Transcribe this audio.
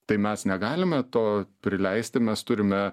tai mes negalime to prileisti mes turime